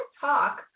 talk